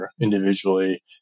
individually